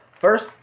first